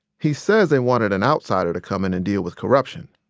he says they wanted an outsider to come in and deal with corruption.